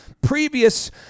previous